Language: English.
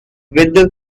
with